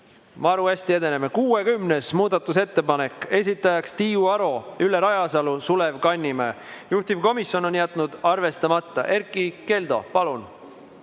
Maru hästi edeneme! 60. muudatusettepanek, esitajad on Tiiu Aro, Ülle Rajasalu ja Sulev Kannimäe, juhtivkomisjon on jätnud selle arvestamata. Erkki Keldo, palun!